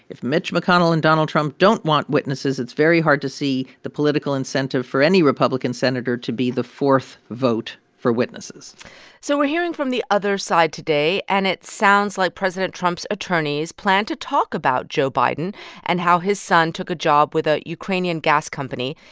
if mitch mcconnell and donald trump don't want witnesses, it's very hard to see the political incentive for any republican senator to be the fourth vote for witnesses so we're hearing from the other side today and it sounds like president trump's attorneys plan to talk about joe biden and how his son took a job with a ukrainian gas company.